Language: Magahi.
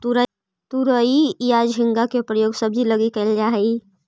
तुरई या झींगा के प्रयोग सब्जी लगी कैल जा हइ